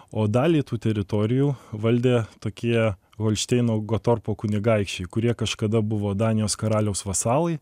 o dalį tų teritorijų valdė tokie holšteino gotorpo kunigaikščiai kurie kažkada buvo danijos karaliaus vasalai